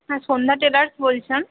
হ্যাঁ সন্ধ্যা টেলার্স বলছেন